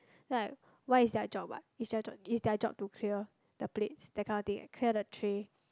then like why it's their job what it's their job it's their job to clear the plates that kind of thing eh clear the tray